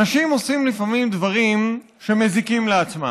אנשים עושים לפעמים דברים שמזיקים להם.